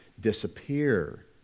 disappear